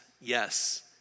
yes